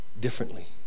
differently